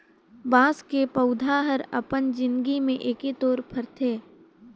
बाँस के पउधा हर अपन जिनगी में एके तोर फरथे